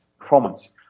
performance